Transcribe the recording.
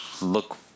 look